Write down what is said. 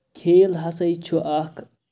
کھیل ہسا چھُ اکھ